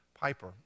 Piper